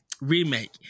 Remake